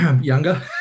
younger